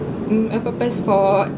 um a purpose for